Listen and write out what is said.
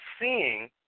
seeing